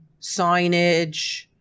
signage